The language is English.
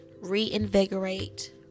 reinvigorate